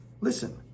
Listen